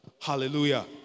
Hallelujah